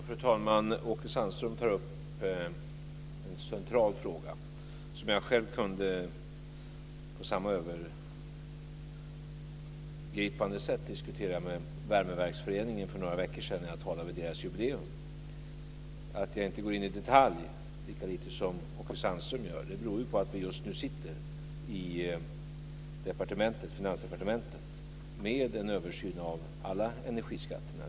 Fru talman! Åke Sandström tar upp en central fråga som jag själv på samma övergripande sätt kunde diskutera med Värmeverksföreningen för några veckor sedan när jag talade vid dess jubileum. Att jag inte går in i detalj, lika lite som Åke Sandström gör, beror på att vi just nu sitter i Finansdepartementet med en översyn av alla energiskatterna.